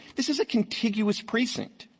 this is a contiguous precinct.